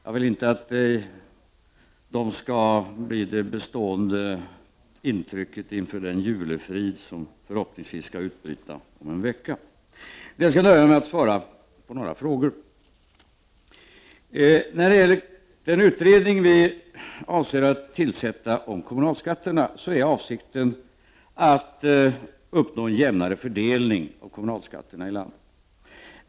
Jag vill inte att de skall bli det bestående intrycket inför den julefrid som förhoppningsvis skall utbrya om en vecka. Jag skall nöja mig med att svara på några frågor. Avsikten med den utredning om kommunalskatterna som vi avser att tillsätta är att uppnå en jämnare fördelning när det gäller kommunalskatterna i landet.